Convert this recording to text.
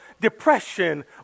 depression